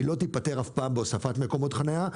היא לא תיפתר אף פעם בהוספת מקומות חנייה,